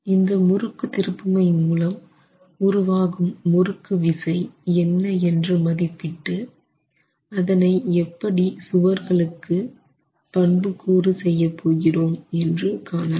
இந்த முறுக்கு திருப்புமை மூலம் உருவாகும் முறுக்கு விசை என்ன என்று மதிப்பிட்டு அதனை எப்படி சுவர்களுக்கு ABC மற்றும் D பண்பு கூறு செய்யப்போகிறோம் என்று காணலாம்